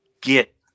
get